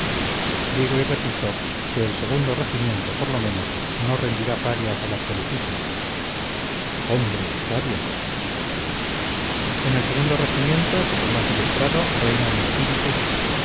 digo y repito que el segundo regimiento por lo menos no rendirá parias al absolutismo hombre parias en el segundo regimiento que es el más ilustrado reina un espíritu